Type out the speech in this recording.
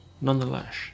Nonetheless